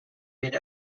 been